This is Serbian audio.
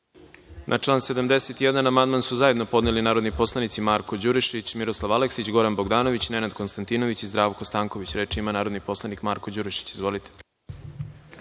član 71. amandman su zajedno podneli narodni poslanici Marko Đurišić, Miroslav Aleksić, Goran Bogdanović, Nenad Konstantinović i Zdravko Stanković. Reč ima narodni poslanik Marko Đurišić. **Marko